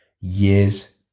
years